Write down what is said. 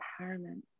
empowerment